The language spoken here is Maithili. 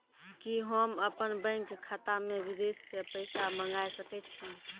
कि होम अपन बैंक खाता मे विदेश से पैसा मंगाय सकै छी?